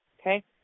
Okay